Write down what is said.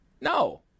No